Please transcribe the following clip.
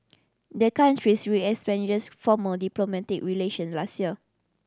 the countries formal diplomatic relations last year